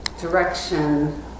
direction